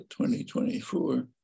2024